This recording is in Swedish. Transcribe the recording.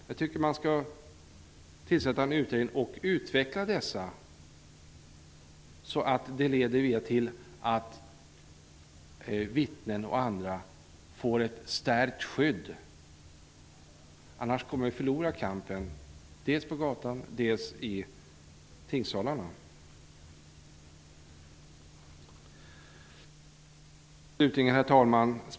Jag tycker att man skall tillsätta en utredning som skall utveckla dessa förslag, så att vittnen och andra får ett förstärkt skydd. Annars kommer vi att förlora kampen dels på gatorna, dels i tingssalarna. Herr talman!